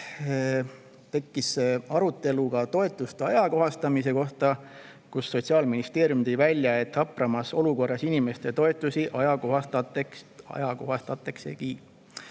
tekkis arutelu toetuste ajakohastamise üle ning Sotsiaalministeerium tõi välja, et hapramas olukorras inimeste toetusi ajakohastataksegi.